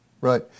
Right